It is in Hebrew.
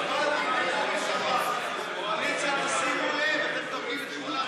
לסעיף 1 לא נתקבלה.